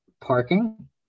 Parking